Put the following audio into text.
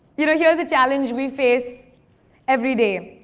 you know, here's a challenge we face every day.